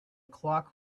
clock